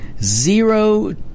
zero